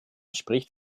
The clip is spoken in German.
spricht